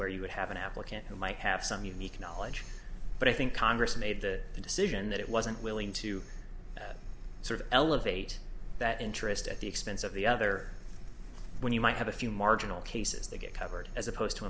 where you would have an applicant who might have some unique knowledge but i think congress made the decision that it wasn't willing to sort of elevate that interest at the expense of the other when you might have a few marginal cases they get covered as opposed to